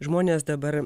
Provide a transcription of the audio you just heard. žmonės dabar